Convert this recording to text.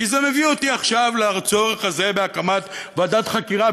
כי זה מביא אותי עכשיו לצורך הזה בהקמת ועדת חקירה,